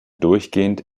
durchgehend